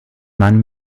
mann